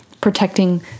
protecting